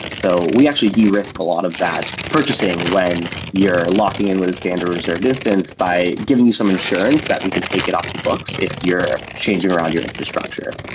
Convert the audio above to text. so we actually de-risk a lot of that purchasing when you're locking in with a standard reserved instance by giving you some insurance that we could take it off the books if you're changing around your infrastructure.